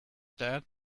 that